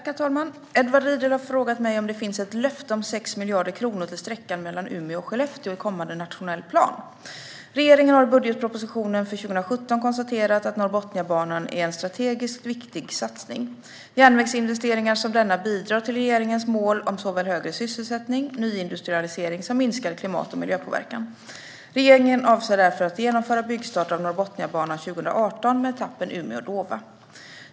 Herr talman! Edward Riedl har frågat mig om det finns ett löfte om 6 miljarder kronor till sträckan mellan Umeå och Skellefteå i kommande nationell plan. Regeringen har i budgetpropositionen för 2017 konstaterat att Norrbotniabanan är en strategiskt viktig satsning. Järnvägsinvesteringar som denna bidrar till regeringens mål om såväl högre sysselsättning och nyindustrialisering som minskad klimat och miljöpåverkan. Regeringen avser därför att genomföra byggstart av Norrbotniabanan 2018 med etappen Umeå-Dåva.